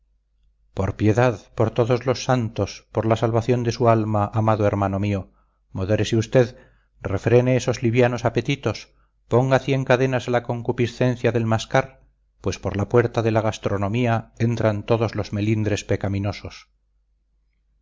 por piedad por todos los santos por la salvación de su alma amado hermano mío modérese usted refrene esos livianos apetitos ponga cien cadenas a la concupiscencia del mascar pues por la puerta de la gastronomía entran todos los melindres pecaminosos